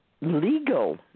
legal